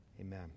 amen